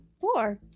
four